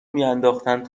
میانداختند